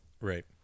Right